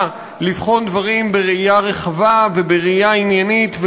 לבחון דברים בראייה רחבה ובראייה עניינית,